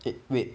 wait wait